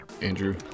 Andrew